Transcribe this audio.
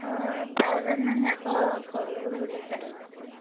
অঁ বাৰজনমান যাব সৰু ল'ৰা ছোৱালী চচালী